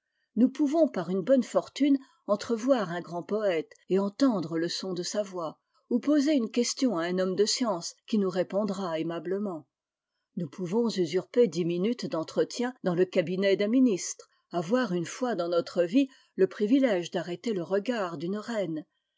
nous pouvons par une bonne fortune entrevoir un grand poète et entendre le son de sa voix ou poser une question à un homme de science qui nous répondra aimablement nous pouvons usurper dix minutes d'entretien dans le cabinet d'un ministre avolrune fois dans notre vie le privitège d'arrêter le regard d'une reine